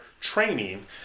training